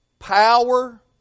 Power